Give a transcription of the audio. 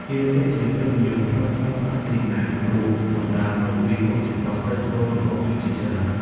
គេពិតជានិយមប្រើប្រាស់ផ្លាទីនណាស់ព្រោះបណ្ដាលមកពីគុណសម្បត្តិលេចធ្លោរបស់វាជាច្រើន។